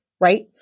right